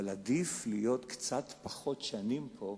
אבל עדיף להיות קצת פחות שנים פה,